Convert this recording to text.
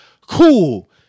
Cool